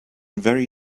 very